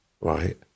right